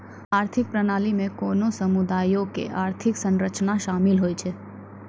आर्थिक प्रणाली मे कोनो समुदायो के आर्थिक संरचना शामिल होय छै